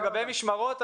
לגבי משמרות,